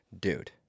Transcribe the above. Dude